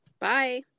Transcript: bye